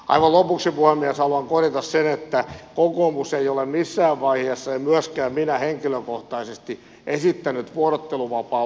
aivan lopuksi puhemies haluan korjata sen että kokoomus ei ole missään vaiheessa en myöskään minä henkilökohtaisesti esittänyt vuorotteluvapaan lopettamista